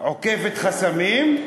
עוקפת חסמים,